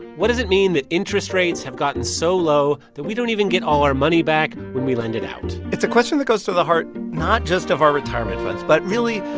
what does it mean that interest rates have gotten so low that we don't even get all our money back when we lend it out? it's a question that goes to the heart not just of our retirement funds but, really,